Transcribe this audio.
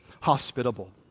hospitable